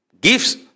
gifts